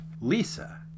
Lisa